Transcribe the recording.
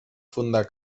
fundar